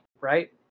right